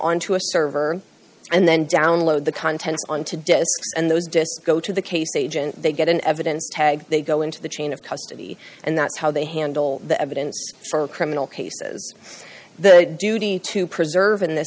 onto a server and then download the contents on to desk and those disks go to the case agent they get an evidence tag they go into the chain of custody and that's how they handle the evidence for criminal cases the duty to preserve in th